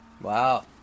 Wow